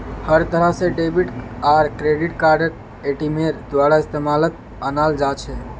हर तरह से डेबिट आर क्रेडिट कार्डक एटीएमेर द्वारा इस्तेमालत अनाल जा छे